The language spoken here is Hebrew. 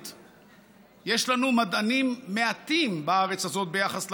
יש לנו מדענים מעטים בארץ הזאת ביחס לאוכלוסייה,